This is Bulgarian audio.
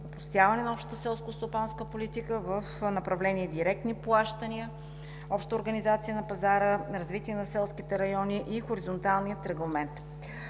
опростяване на общата селскостопанска политика в направление „Директни плащания“, общата организация на пазара, развитието на селските райони и на хоризонталния регламент.